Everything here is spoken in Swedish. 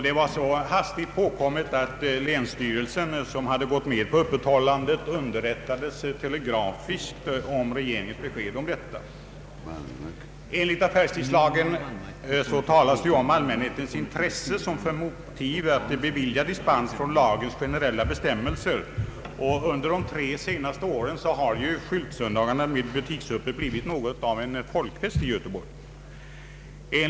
Det var så hastigt påkommet att länsstyrelsen, som hade gått med på öppethållandet, underrättades telegrafiskt om regeringens besked. I affärstidslagen talas om allmänhetens intresse som motiv för att bevilja dispens från lagens generella bestämmelser, och under de tre senaste åren har skyltsöndagarna med butiksöppet blivit något av en folkfest i Göteborg.